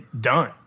done